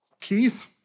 Keith